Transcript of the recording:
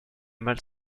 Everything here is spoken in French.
mâles